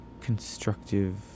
constructive